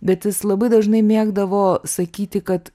bet jis labai dažnai mėgdavo sakyti kad